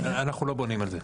אנחנו לא בונים על זה.